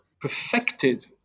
perfected